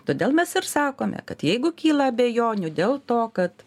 todėl mes ir sakome kad jeigu kyla abejonių dėl to kad